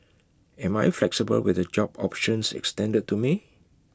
am I flexible with the job options extended to me